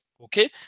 Okay